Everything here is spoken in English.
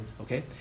okay